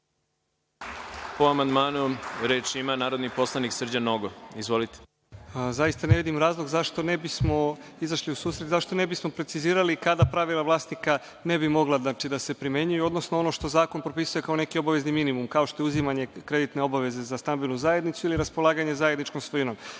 Pa amandmanu, reč ima narodni poslanik Srđan Nogo. Izvolite. **Srđan Nogo** Zaista ne vidim razlog zašto ne bismo izašli u susret i zašto ne bismo precizirali kada pravila vlasnika ne bi mogla da se primenjuju, odnosno ono što zakon propisuje kao neki obavezni minimum. Kao što je uzimanje kreditne obaveze za stambenu zajednicu ili raspolaganje zajedničkom svojinom.